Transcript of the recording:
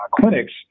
clinics